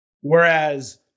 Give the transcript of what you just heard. Whereas